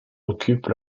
occupent